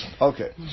Okay